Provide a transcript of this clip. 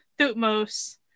Thutmose